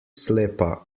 slepa